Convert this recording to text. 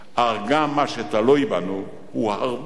אך גם מה שתלוי בנו הוא הרבה,